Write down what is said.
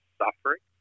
suffering